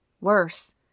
Worse